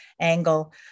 angle